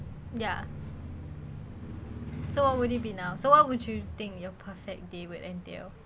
ya so what would it be now so what would you think your perfect day will entail